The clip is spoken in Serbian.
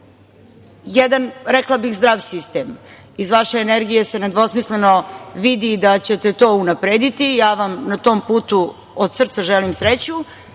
jedan, rekla bih, zdrav sistem. Iz vaše energije se nedvosmisleno vidi da ćete to unaprediti. Ja vam na tom putu, od srca želim